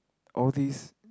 all these